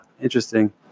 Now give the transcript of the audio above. interesting